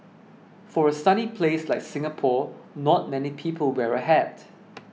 for a sunny place like Singapore not many people wear a hat